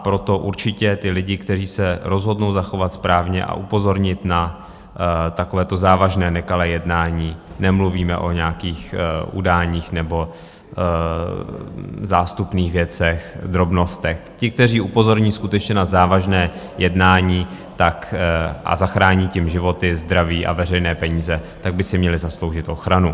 Proto určitě lidé, kteří se rozhodnou zachovat správně a upozornit na takovéto závažné nekalé jednání nemluvíme o nějakých udáních nebo zástupných věcech, drobnostech ti, kteří upozorní skutečně na závažné jednání a zachrání tím životy, zdraví a veřejné peníze, by si měli zasloužit ochranu.